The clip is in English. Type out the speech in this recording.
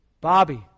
Bobby